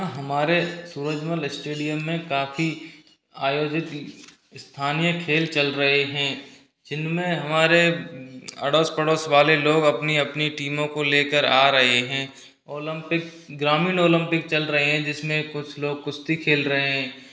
हाँ हमारे सूरजमल इस्टेडियम में काफ़ी आयोजित स्थानीय खेल चल रहे हैं जिनमें हमारे अड़ोस पड़ोस वाले लोग अपनी अपनी टीमों को लेकर आ रहे हें ओलंपिक ग्रामीण ओलंपिक चल रहे हैं जिसमें कुछ लोग कुश्ती खेल रहे हैं